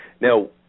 Now